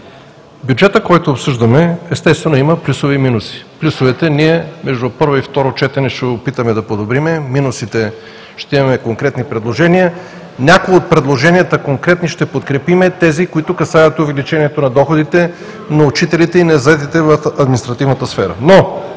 бюджетът, който обсъждаме, естествено, има плюсове и минуси. Плюсовете между първо и второ четене ще се опитаме да подобрим, по минусите ще имаме конкретни предложения. Някои от конкретните предложения ще подкрепим – тези, които касаят увеличението на доходите на учителите и на заетите в административната сфера.